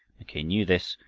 mackay knew this,